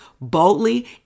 boldly